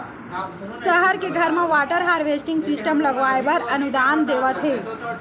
सहर के घर म वाटर हारवेस्टिंग सिस्टम लगवाए बर अनुदान देवत हे